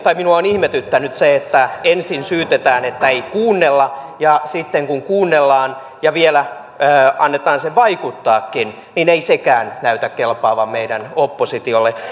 minua on ihmetyttänyt se että ensin syytetään että ei kuunnella ja sitten kun kuunnellaan ja vielä annetaan sen vaikuttaakin niin ei sekään näytä kelpaavan meidän oppositiolle